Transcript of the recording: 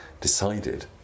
decided